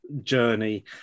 journey